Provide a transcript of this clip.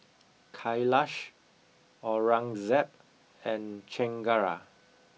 Kailash Aurangzeb and Chengara